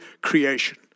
creation